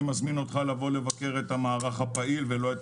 אני מזמין אותך לבוא לבקר את המערך הפעיל ולא את